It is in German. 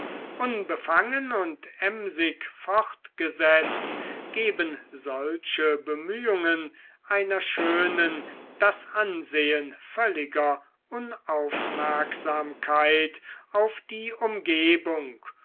unbefangen und emsig fortgesetzt geben solche bemühungen einer schönen das ansehen völliger unaufmerksamkeit auf die umgebung